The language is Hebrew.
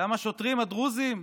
דם השוטרים הדרוזים,